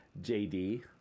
JD